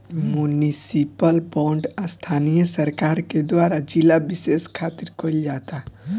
municipal bond स्थानीय सरकार के द्वारा जिला बिशेष खातिर कईल जाता